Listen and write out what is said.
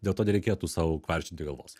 dėl to nereikėtų sau kvaršinti galvos